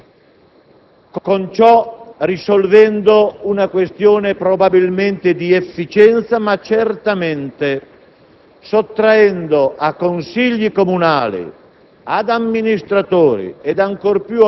abbiamo determinato un alleggerimento di responsabilità da parte degli amministratori e un aumento di responsabilità da parte dei tecnici.